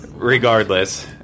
Regardless